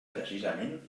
precisament